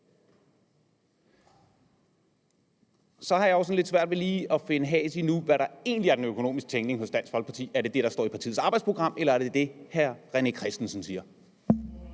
Så har jeg sådan lidt svært ved lige at få has på nu, hvad der egentlig er den økonomiske tænkning hos Dansk Folkeparti. Er det det, der står i partiets arbejdsprogram, eller er det det, hr. René Christensen siger?